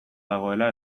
dagoela